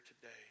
today